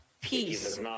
peace